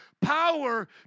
Power